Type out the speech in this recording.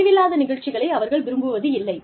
தெளிவில்லாத நிகழ்ச்சிகளை அவர்கள் விரும்புவதில்லை